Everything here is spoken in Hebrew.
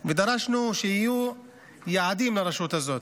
הייתה בדיון, ודרשנו שיהיו יעדים לרשות הזאת